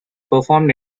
performed